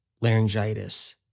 laryngitis